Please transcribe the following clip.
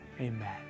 amen